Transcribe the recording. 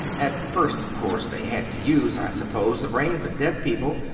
at first, of course, they had to use, i suppose, the brains of dead people,